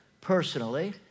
personally